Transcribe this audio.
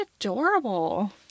adorable